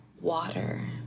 water